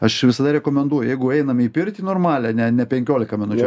aš visada rekomenduoju jeigu einame į pirtį normalią ne penkiolika minučių